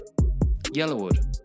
Yellowwood